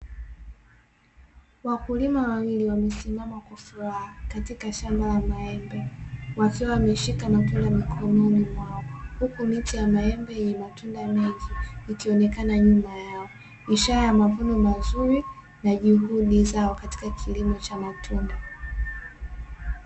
Wakulima wawili wamesimama kwa furaha katika shamba la maembe, wakiwa wameshika matunda mkononi mwao, huku miti ya maembe yenye matunda mengi ikionekana nyuma yao ,ishara ya mavuno mazuri na juhudi zao katika kilimo cha matunda.